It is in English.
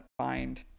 find